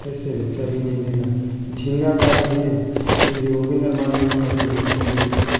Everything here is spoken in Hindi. ऐसे बच्चा भी नहीं देगा झींगा का भी है ये भी वो भी नर मादी होगा तभी बच्चा देगा